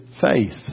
faith